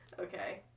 Okay